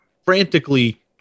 frantically